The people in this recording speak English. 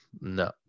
No